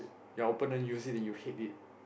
ya opponent you said that you hate it